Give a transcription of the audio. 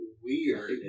Weird